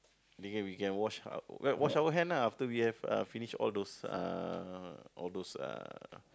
then can we can wash our wash our hand lah after we have uh finish all those uh all those uh